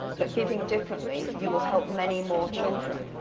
but giving differently you will help many more children.